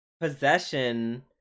possession